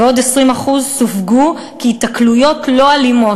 ועוד 20% סווגו כהיתקלויות לא אלימות,